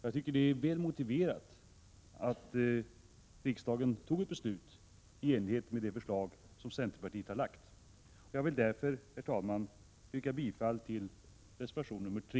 Jag tycker att det är väl motiverat att riksdagen tar ett beslut i enlighet med det förslag som centerpartiet har väckt. Jag vill därför yrka bifall till reservation 3.